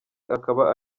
akaba